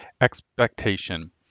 expectation